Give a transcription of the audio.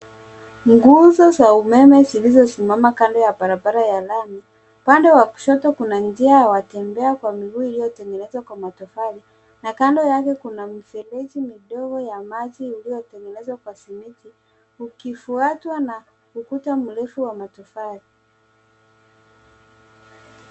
Nguzo za umeme zilizosimama kando ya barabara ya lami. Upande wa kushoto kuna njia ya watembea kwa miguu iliyotegenezwa kwa matofali na kando yake kuna mifereji midogo ya maji iliyotegenezewa kwa simiti ikifuatwa na ukuta mrefu wa matofali.